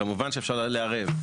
כמובן שאפשר לערער.